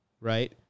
right